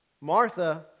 Martha